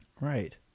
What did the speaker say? Right